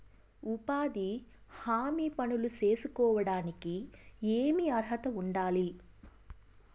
ఉపాధి హామీ పనులు సేసుకోవడానికి ఏమి అర్హత ఉండాలి?